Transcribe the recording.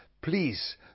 please